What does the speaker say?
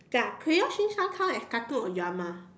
ya clear since how come I started on drama